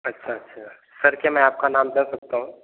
अच्छा अच्छा सर क्या मैं आपका नाम जान सकता हूँ